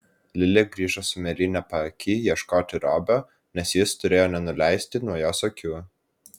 lilė grįžo su mėlyne paaky ieškoti robio nes jis turėjo nenuleisti nuo jos akių